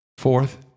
Fourth